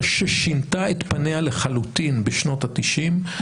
ששינתה את פניה לחלוטין בשנות ה-90.